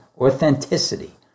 authenticity